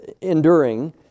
enduring